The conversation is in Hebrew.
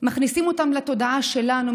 מכניסים אותם לתודעה שלנו,